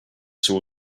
saw